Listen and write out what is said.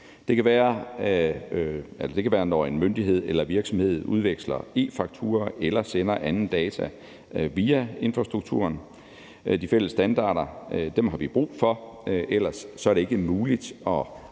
Det kan være, når en myndighed eller virksomhed udveksler e-fakturaer eller sender anden data via infrastrukturen. De fælles standarder har vi brug for; ellers er det ikke muligt at